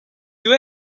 you